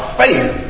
faith